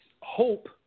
hope